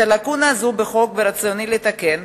את הלקונה הזאת בחוק ברצוני לתקן.